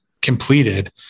completed